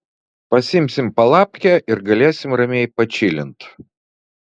pasiimsim palapkę ir galėsim ramiai pačilint